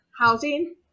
housing